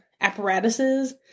apparatuses